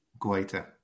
Guaita